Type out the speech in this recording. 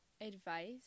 advice